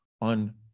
on